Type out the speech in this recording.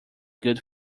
good